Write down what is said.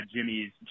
Jimmy's